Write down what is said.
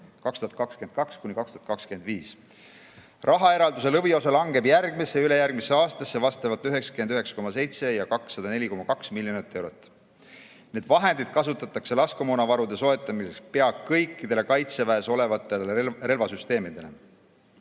2022–2025. Rahaeralduse lõviosa langeb järgmisse ja ülejärgmisse aastasse: vastavalt 99,7 ja 204,2 miljonit eurot. Neid vahendeid kasutatakse laskemoonavarude soetamiseks peaaegu kõikidele Kaitseväe relvasüsteemidele.